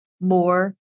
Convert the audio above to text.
more